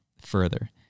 further